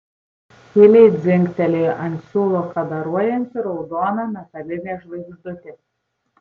tyliai dzingtelėjo ant siūlo kadaruojanti raudona metalinė žvaigždutė